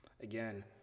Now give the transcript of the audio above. again